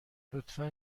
لطفا